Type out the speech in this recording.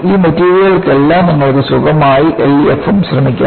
ഈ മെറ്റീരിയലുകൾക്കെല്ലാം നിങ്ങൾക്ക് സുഖമായി LEFM ശ്രമിക്കാം